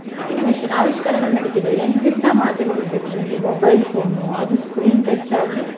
innovation ಆವಿಷ್ಕಾರಗಳು ನಡೀತಿದ್ದು ಎಂತೆಂಥ ಮಾಧ್ಯಮಗಳ್ ಬೇಕು ನಿಮಗೆ ಮೊಬೈಲ್ ಫೋನು ಅದು ಸ್ಕ್ರೀನ್ ಟಚ್ ಆಗಲಿ